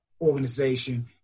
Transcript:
organization